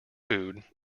food